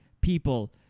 people